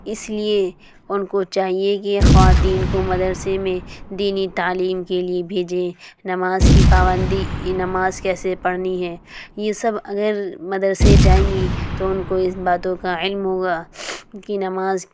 اس لیے ان کو چاہیے کہ خواتین کو مدرسہ میں دینی تعلیم کے لیے بھیجیں نماز کی پابندی نماز کیسے پڑھنی ہے یہ سب اگر مدرسہ جائیں گی تو ان کو اس باتوں کا علم ہوگا کہ نماز